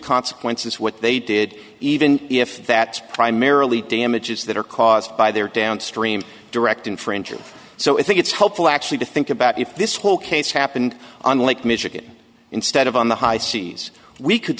consequences what they did even if that primarily damages that are caused by their downstream direct infringer so it think it's helpful actually to think about if this whole case happened on lake michigan instead of on the high seas we could